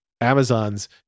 Amazon's